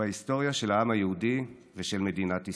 בהיסטוריה של העם היהודי ושל מדינת ישראל.